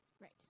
Right